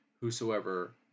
whosoever